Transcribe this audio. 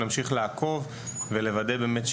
ימשיך לעקוב ולוודא באמת,